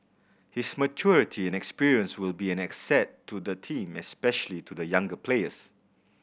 his maturity and experience will be an asset to the team especially to the younger players